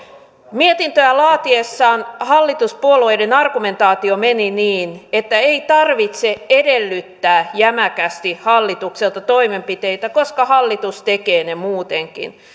mietintöä laadittaessa hallituspuolueiden argumentaatio meni niin että ei tarvitse edellyttää jämäkästi hallitukselta toimenpiteitä koska hallitus tekee ne muutenkin